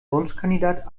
wunschkandidat